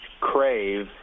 crave